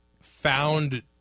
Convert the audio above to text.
found